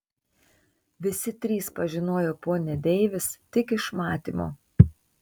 visi trys pažinojo ponią deivis tik iš matymo